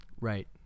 right